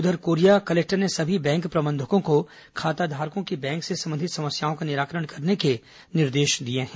उधर कोरिया कलेक्टर ने सभी बैंक प्रबंधकों को खाताधारकों की बैंक से संबंधित समस्याओं का निराकरण करने का निर्देश दिया है